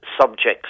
subjects